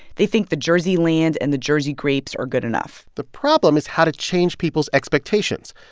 they think the jersey land and the jersey grapes are good enough the problem is how to change people's expectations.